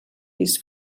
his